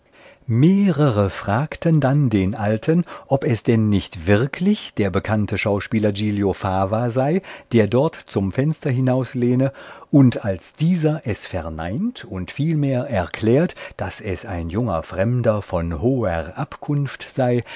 mehrere fragten dann den alten ob es denn nicht wirklich der bekannte schauspieler giglio fava sei der dort zum fenster hinauslehne und als dieser es verneint und vielmehr erklärt daß es ein junger fremder von hoher abkunft sei